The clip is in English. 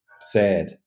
sad